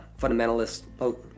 Fundamentalist